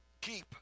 Keep